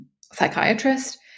psychiatrist